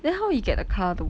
then how he get the car to